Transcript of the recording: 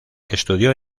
estudió